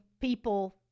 people